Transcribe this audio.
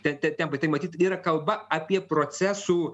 tempai tai matyt yra kalba apie procesų